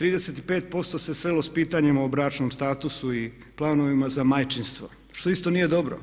35% se srelo s pitanjima o bračnom statusu i planovima za majčinstvo što isto nije dobro.